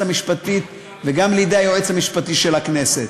המשפטית וגם לידי היועץ המשפטי של הכנסת.